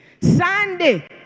Sunday